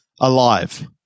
alive